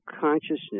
consciousness